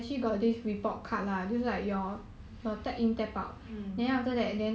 err then you got claim from them or not